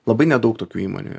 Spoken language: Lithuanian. labai nedaug tokių įmonių